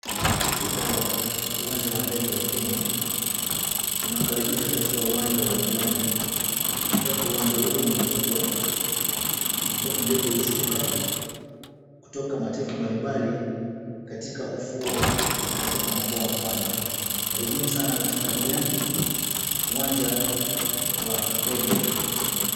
Shirika la uwanja wa ndege la Kenya inakukaribIsha katika uwanja wa Diani ambapo uwanja huo ni mkubwa, ambapo ndege hushuka kutoka mataifa mbalimbali katika ufuo na katika mwambao wa Pwani. Karibuni sana Diani katika uwanja wa ndege.